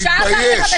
--- מתבייש.